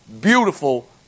beautiful